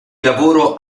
lavoro